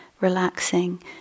relaxing